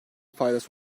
faydası